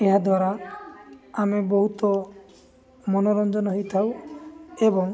ଏହାଦ୍ୱାରା ଆମେ ବହୁତ ମନୋରଞ୍ଜନ ହେଇଥାଉ ଏବଂ